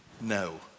No